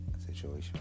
situation